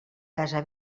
casa